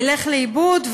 ילך לאיבוד.